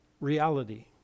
Reality